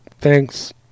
Thanks